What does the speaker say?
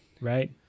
Right